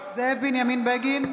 זאב בנימין בגין,